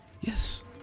Yes